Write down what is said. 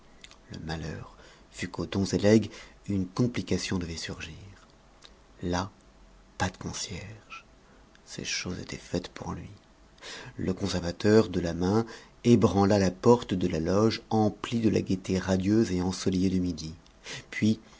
le malheur fut qu'aux dons et legs une complication devait surgir là pas de concierge ces choses étaient faites pour lui le conservateur de la main ébranla la porte de la loge emplie de la gaîté radieuse et ensoleillée de midi puis